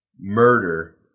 murder